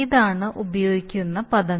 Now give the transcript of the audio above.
ഇതാണ് ഉപയോഗിക്കുന്ന പദങ്ങൾ